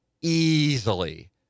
easily